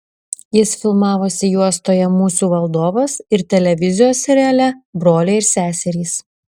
jis filmavosi juostoje musių valdovas ir televizijos seriale broliai ir seserys